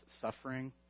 suffering